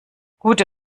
gute